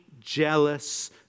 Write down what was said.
jealous